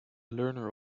learner